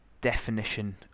definition